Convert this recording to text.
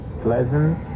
pleasant